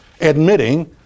admitting